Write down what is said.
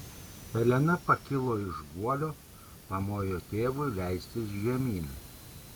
elena pakilo iš guolio pamojo tėvui leistis žemyn